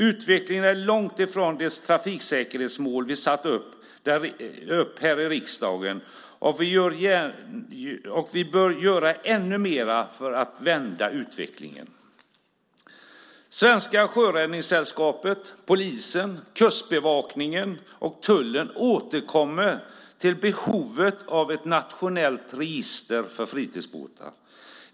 Utvecklingen är långt ifrån det trafiksäkerhetsmål vi satt upp här i riksdagen, och vi bör göra ännu mer för att vända utvecklingen. Svenska sjöräddningssällskapet, polisen, Kustbevakningen och tullen återkommer till behovet av ett nationellt register för fritidsbåtar.